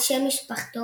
- על שם משפחתו,